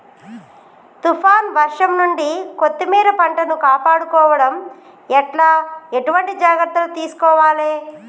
తుఫాన్ వర్షం నుండి కొత్తిమీర పంటను కాపాడుకోవడం ఎట్ల ఎటువంటి జాగ్రత్తలు తీసుకోవాలే?